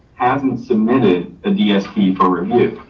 hasn't submitted a dsp for review.